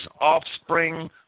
offspring